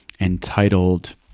entitled